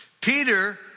Peter